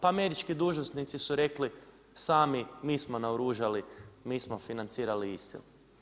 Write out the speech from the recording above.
Pa američki dužnosnici su rekli sami mi smo naoružali, mi smo financirali ISIL.